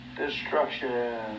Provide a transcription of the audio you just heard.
destruction